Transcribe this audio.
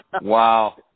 Wow